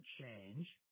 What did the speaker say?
change